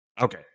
Okay